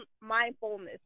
mindfulness